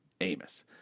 Amos